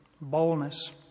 Boldness